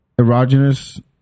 erogenous